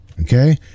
Okay